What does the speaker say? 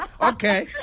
Okay